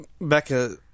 Becca